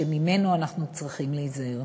שממנו אנחנו צריכים להיזהר.